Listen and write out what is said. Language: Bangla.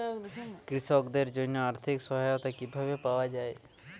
কৃষকদের জন্য আর্থিক সহায়তা কিভাবে পাওয়া য়ায়?